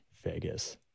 Vegas